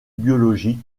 biologique